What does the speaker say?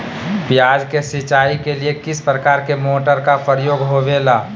प्याज के सिंचाई के लिए किस प्रकार के मोटर का प्रयोग होवेला?